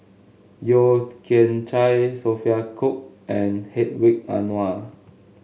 Yeo Kian Chai Sophia Cooke and Hedwig Anuar